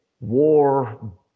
war